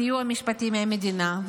סיוע משפטי מהמדינה,